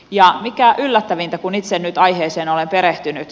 ja mikä yllättävintä kun itse nyt aiheeseen olen perehtynyt